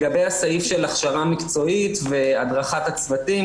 לגבי הסעיף של הכשרה מקצועית, והדרכת הצוותים.